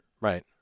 Right